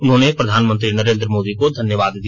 उन्होंने प्रधानमंत्री नरेंद्र मोदी को धन्यवाद दिया